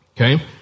okay